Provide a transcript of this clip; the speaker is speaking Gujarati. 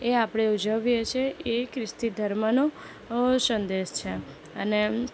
એ આપણે ઉજવીએ છીએ એ ખ્રિસ્તી ધર્મનો સંદેશ છે અને